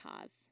cause